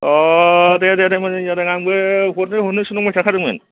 अ दे दे दे मोजां जादों आंबो हरनो हरनोसो नंबाय थाखादोंमोन